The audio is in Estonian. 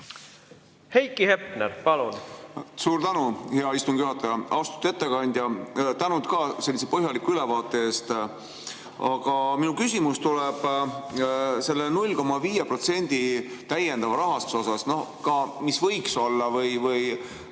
Heiki Hepner, palun! Suur tänu, hea istungi juhataja! Austatud ettekandja, tänud sellise põhjaliku ülevaate eest! Aga minu küsimus tuleb selle 0,5% täiendava rahastuse kohta, mis võiks olla või,